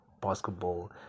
basketball